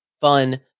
fun